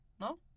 No